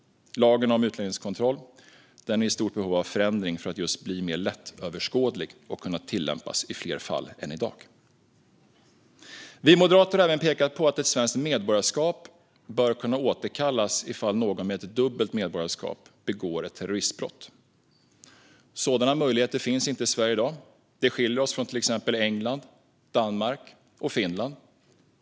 Lagen om utlänningskontroll är i stort behov av förändring för att bli mer lättöverskådlig och kunna tillämpas i fler fall än i dag. Vi moderater har även pekat på att ett svenskt medborgarskap bör kunna återkallas i fall då någon med dubbelt medborgarskap begått ett terroristbrott. Sådana möjligheter finns inte i Sverige i dag. Det skiljer oss från till exempel England, Danmark och Finland.